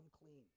unclean